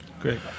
great